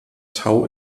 tau